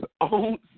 own